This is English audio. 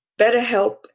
BetterHelp